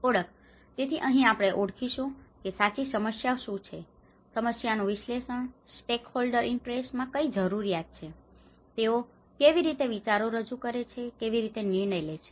ઓળખ તેથી અહીં આપણે ઓળખીશું કે સાચી સમસ્યાઓ શુ છે સમસ્યાઓનું વિશ્લેષણ સ્ટેકહોલ્ડર ઇન્ટરેસ્ટમાં કઈ જરૂરિયાતો છે તેઓ કેવી રીતે વિચારો રજૂ કરે છે કેવી રીતે નિર્ણય લે છે